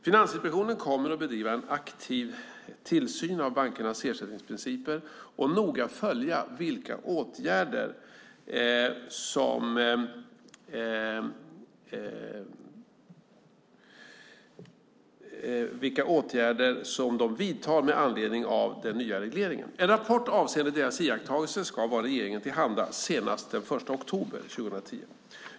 Finansinspektionen kommer att bedriva en aktiv tillsyn av bankernas ersättningsprinciper och noga följa vilka åtgärder de vidtar med anledning av den nya regleringen. En rapport avseende deras iakttagelser ska vara regeringen tillhanda senast den 1 oktober 2010.